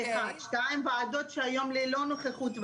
ועדות היום ללא נוכחות,